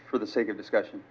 for the sake of discussion